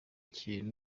kintu